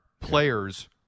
players